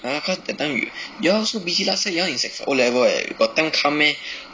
!aiya! cause that time you you all so busy last time you all in sec f~ O level eh got time come meh